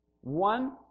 One